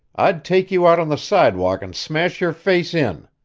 i'd take you out on the sidewalk and smash your face in!